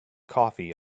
coffee